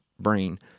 brain